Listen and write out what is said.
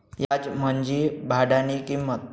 याज म्हंजी भाडानी किंमत